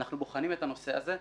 אנחנו בוחנים את הנושא הזה.